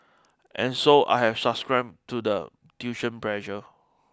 and so I have succumbed to the tuition pressure